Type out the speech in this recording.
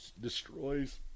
destroys